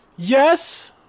Yes